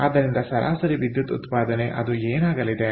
ಆದ್ದರಿಂದ ಸರಾಸರಿ ವಿದ್ಯುತ್ ಉತ್ಪಾದನೆ ಅದು ಏನಾಗಲಿದೆ